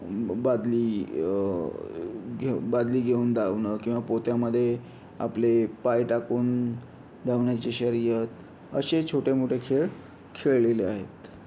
बादली घेऊ बादली घेऊन धावणं किंवा पोत्यामध्ये आपले पाय टाकून धावण्याची शर्यत असे छोटे मोठे खेळ खेळलेले आहेत